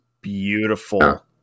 beautiful